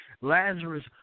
Lazarus